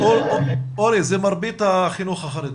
אורי, זה מרבית החינוך החרדי.